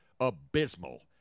abysmal